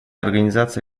организации